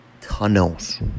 tunnels